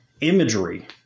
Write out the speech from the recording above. imagery